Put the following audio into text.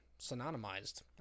Synonymized